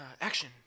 action